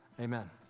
Amen